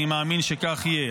אני מאמין שכך יהיה.